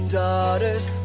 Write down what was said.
daughters